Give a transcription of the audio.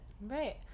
right